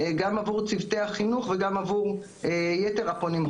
גם עבור צוותי החינוך וגם עבור יתר הפונים,